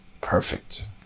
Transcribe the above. perfect